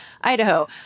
Idaho